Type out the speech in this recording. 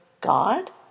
God